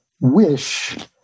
wish